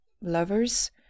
lovers